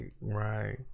Right